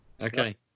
Okay